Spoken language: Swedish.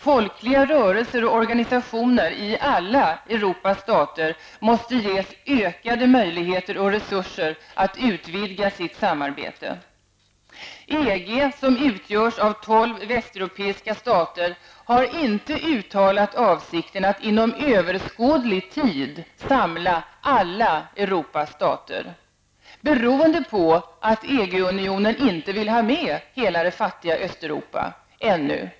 Folkliga rörelser och organisationer i alla Europas stater måste ges ökade möjligheter och resurser att utvidga sitt samarbete. EG, som utgörs av tolv västeuropeiska stater, har inte uttalat avsikten att inom överskådlig tid samla alla Euorpas stater. Det beror på att EG-unionen inte vill ha med hela det fattiga Östeuropa, ännu.